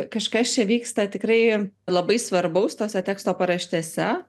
kažkas čia vyksta tikrai labai svarbaus tose teksto paraštėse